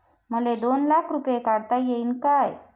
मले दोन लाख रूपे काढता येईन काय?